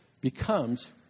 becomes